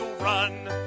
run